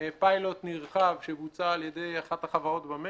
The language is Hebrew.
פיילוט נרחב שבוצע על ידי אחת החברות במשק,